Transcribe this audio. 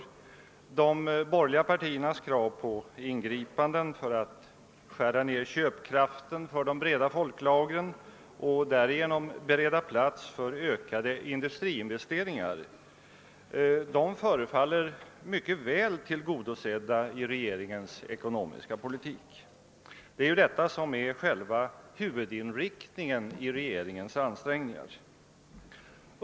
De borgerliga partiernas krav på ingripanden för att skära ned köpkraften hos de breda folklagren och därigenom bereda plats för ökade industriinvesteringar förefaller mycket väl tillgodosedda i regeringens ekonomiska politik. Det är ju detta som är själva huvudinriktningen i regeringens ansträngningar.